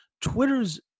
Twitter's